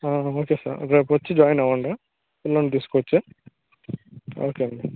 పంపించేస్తాను రేపు వచ్చి జాయిన్ అవ్వండి పిల్లల్ని తీసుకువచ్చి ఓకే అండీ